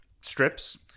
strips